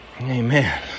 Amen